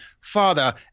Father